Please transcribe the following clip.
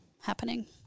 happening